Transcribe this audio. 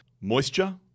moisture